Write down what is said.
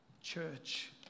Church